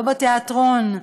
לא בתיאטרון,